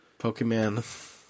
Pokemon